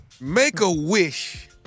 Make-a-wish